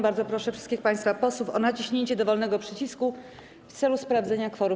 Bardzo proszę wszystkich państwa posłów o naciśnięcie dowolnego przycisku w celu sprawdzenia kworum.